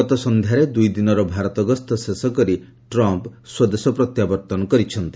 ଗତସନ୍ଧ୍ୟାରେ ଦୁଇଦିନର ଭାରତଗସ୍ତ ଶେଷକରି ଟ୍ରମ୍ପ ସ୍ୱଦେଶ ପ୍ରତ୍ୟାବର୍ତ୍ତନ କରିଛନ୍ତି